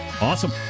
Awesome